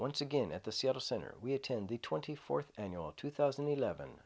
once again at the seattle center we attend the twenty fourth annual two thousand and eleven